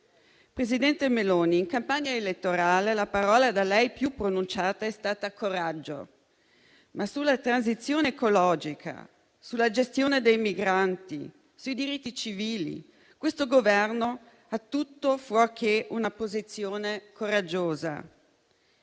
Presidente Meloni, in campagna elettorale la parola da lei più pronunciata è stata "coraggio", ma sulla transizione ecologica, sulla gestione dei migranti, sui diritti civili questo Governo ha tutto fuorché una posizione coraggiosa.